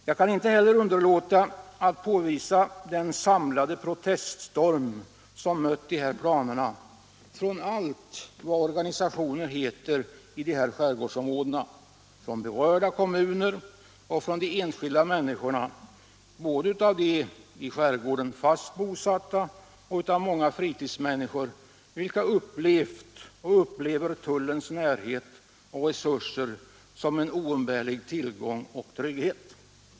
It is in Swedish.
Jag kan inte heller underlåta att visa på den samlade proteststorm som planerna på en indragning har mött från allt vad organisationer heter i de berörda skärgårdsområdena, från kommuner och från enskilda människor, både i skärgården fast bosatta och många ”fritidsmänniskor”, vilka upplevt och upplever tullens närhet och resurser som en oumbärlig tillgång och trygghet.